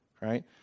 right